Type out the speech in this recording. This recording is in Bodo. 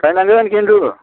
गायनांगोन खिन्थु